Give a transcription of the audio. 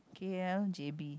K_L J_B